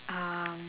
um